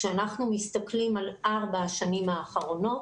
כאשר אנחנו מסתכלים על ארבע השנים האחרונות,